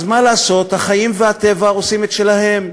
אז מה לעשות, החיים והטבע עושים את שלהם.